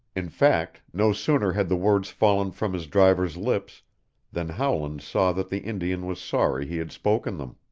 in fact, no sooner had the words fallen from his driver's lips than howland saw that the indian was sorry he had spoken them.